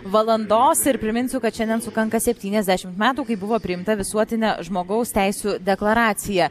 valandos ir priminsiu kad šiandien sukanka septyniasdešimt metų kai buvo priimta visuotinė žmogaus teisių deklaracija